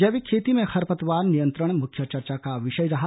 जैविक खेती में खरपतवार नियंत्रण मुख्य चर्चा का विषय रहा